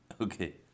Okay